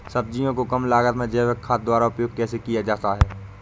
सब्जियों को कम लागत में जैविक खाद द्वारा उपयोग कैसे किया जाता है?